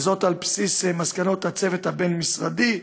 וזאת על בסיס מסקנות הצוות הבין-משרדי,